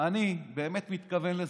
אני באמת מתכוון לזה.